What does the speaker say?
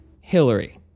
Hillary